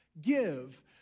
give